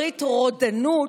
בעברית: רודנות,